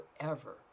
forever